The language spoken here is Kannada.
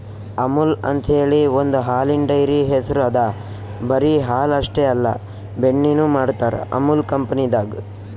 ಅಮುಲ್ ಅಂಥೇಳಿ ಒಂದ್ ಹಾಲಿನ್ ಡೈರಿ ಹೆಸ್ರ್ ಅದಾ ಬರಿ ಹಾಲ್ ಅಷ್ಟೇ ಅಲ್ಲ ಬೆಣ್ಣಿನು ಮಾಡ್ತರ್ ಅಮುಲ್ ಕಂಪನಿದಾಗ್